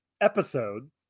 episode